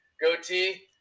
Goatee